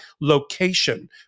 location